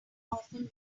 often